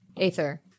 aether